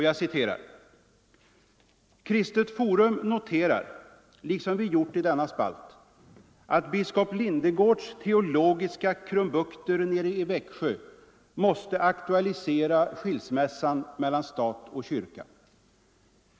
Jag citerar: ”Kristet forum noterar, liksom vi gjort i denna spalt, att biskop Lindegårds teologiska krumbukter nere i Växjö måste aktualisera skilsmässan mellan stat och kyrka.